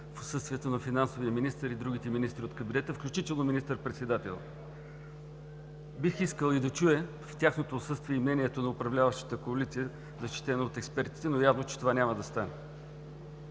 в отсъствието на финансовия министър и другите министри от кабинета, включително и на министър-председателя. Бих искал да чуя в тяхното отсъствие и мнението на управляващата коалиция, защитено от експертите, но явно е, че това няма да стане.